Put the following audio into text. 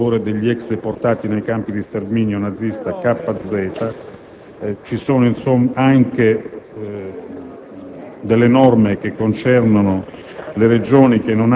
corrisposto a favore degli ex deportati nei campi di sterminio nazisti KZ. Ci sono anche norme che concernono